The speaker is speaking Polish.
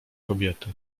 kobiety